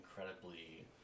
incredibly